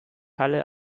halle